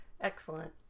Excellent